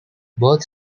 both